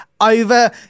over